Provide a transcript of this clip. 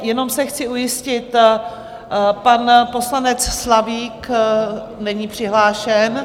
Jenom se chci ujistit pan poslanec Slavík není přihlášen?